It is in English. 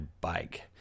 bike